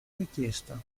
richiesta